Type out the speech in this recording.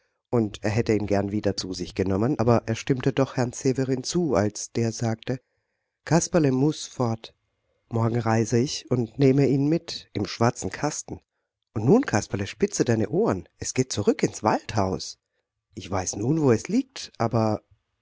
und er hätte ihn gern wieder zu sich genommen aber er stimmte doch herrn severin zu als der sagte kasperle muß fort morgen reise ich und nehme ihn mit im schwarzen kasten und nun kasperle spitze deine ohren es geht zurück ins waldhaus ich weiß nun wo es liegt aber